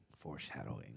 Foreshadowing